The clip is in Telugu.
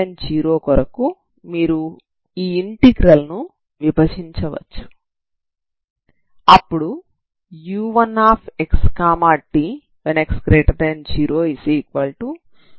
x0 కొరకు మీరు ఈ ఇంటిగ్రల్ ను విభజించవచ్చు